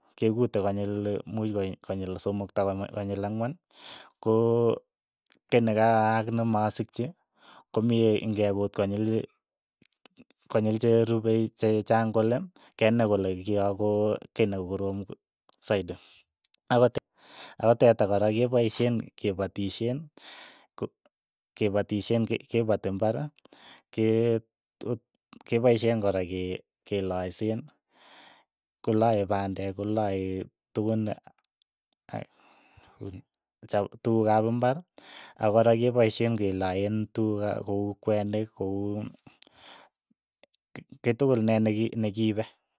Kekute konyil muuch koe konyil somok ta konyil ang'wan, ko kei ne ka aak nemasikchi komye ng'ekuut konyil konyil cherupei che chaang kole, kenai kole kiyo ko kiy ne koroom saidi, akot ako teta kora kepaisheen kepatishen, ko kepatishen ke- ke pati imbar, ke kepaisheen kora ke- kelaiseen, kolae pandek, kolae tukun a- a tukuk ap imbar akora kepaisheen kelaeen tukuk ap kouu kwenik kouuu kiy tukul kine neki nekiipe.